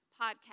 podcast